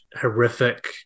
horrific